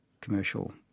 commercial